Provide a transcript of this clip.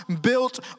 built